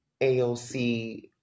AOC